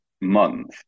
month